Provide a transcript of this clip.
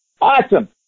awesome